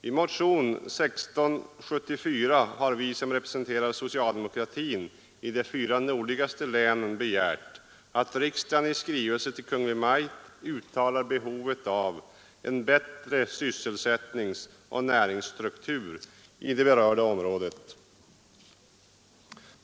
I motionen 1674 har vi som representerar socialdemokratin i de fyra nordligaste länen begärt att riksdagen i skrivelse till Kungl. Maj:t uttalar behovet av en bättre sysselsättningsoch näringsstruktur i det berörda området.